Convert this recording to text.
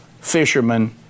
fishermen